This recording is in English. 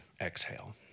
exhale